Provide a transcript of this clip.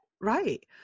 Right